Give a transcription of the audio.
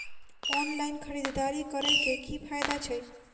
Online खरीददारी करै केँ की फायदा छै?